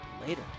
Later